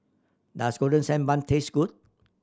does Golden Sand Bun taste good